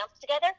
together